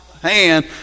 hand